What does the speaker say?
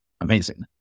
amazing